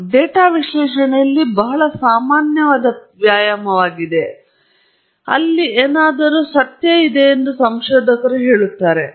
ಇದು ಡೇಟಾ ವಿಶ್ಲೇಷಣೆಯಲ್ಲಿ ಬಹಳ ಸಾಮಾನ್ಯವಾದ ವ್ಯಾಯಾಮವಾಗಿದೆ ಅಲ್ಲಿ ಏನಾದರೂ ಸತ್ಯ ಎಂದು ಸಂಶೋಧಕರು ಹೇಳುತ್ತಾರೆ